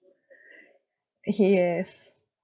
yes